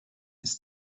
ist